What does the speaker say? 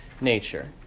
nature